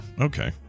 Okay